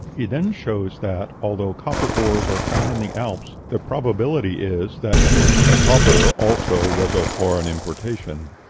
he then shows that, although copper ores are found in the alps, the probability is that even the copper also was of foreign importation.